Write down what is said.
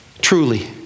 truly